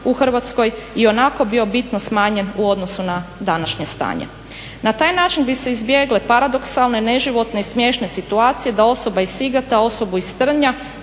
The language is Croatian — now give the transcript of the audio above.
u Hrvatskoj ionako bio bitno smanjen u odnosu na današnje stanje. Na taj način bi se izbjegle paradoksalne, neživotne i smiješne situacije da osobe iz Sigeta osobu iz Trnja